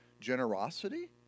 generosity